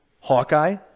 Hawkeye